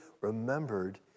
remembered